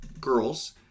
girls